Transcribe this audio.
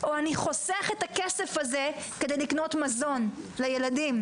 או שאני חוסך את הכסף הזה כדי לקנות מזון לילדים?